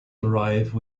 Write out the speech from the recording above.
arrive